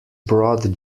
brought